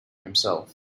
himself